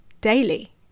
daily